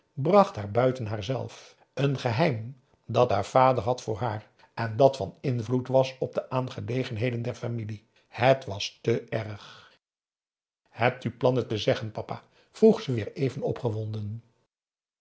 bracht haar buiten haar zelf een geheim dat haar vader had voor haar en dat van invloed was op de aangelegenheden der familie het was te erg hebt u plan het te zeggen papa vroeg ze weêr even opgewonden